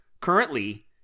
currently